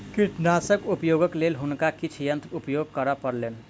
कीटनाशकक उपयोगक लेल हुनका किछ यंत्र उपयोग करअ पड़लैन